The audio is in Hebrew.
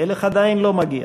המלך עדיין לא מגיע.